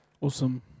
Awesome